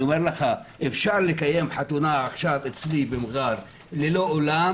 אני אומר לך: אפשר לקיים חתונה עכשיו אצלי במע'אר ללא אולם,